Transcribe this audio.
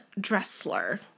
Dressler